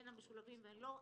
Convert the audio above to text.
הן המשולבים והן הלא משולבים,